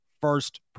first